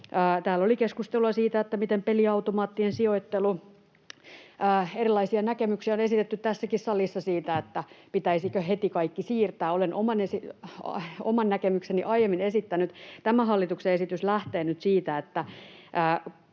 Täällä oli keskustelua peliautomaattien sijoittelusta. Erilaisia näkemyksiä on esitetty tässäkin salissa siitä, pitäisikö heti kaikki siirtää. Olen oman näkemykseni aiemmin esittänyt. Tämä hallituksen esitys lähtee nyt siitä, että